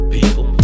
People